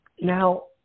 Now